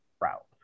route